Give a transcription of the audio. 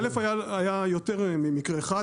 א' היה יותר ממקרה אחד,